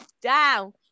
down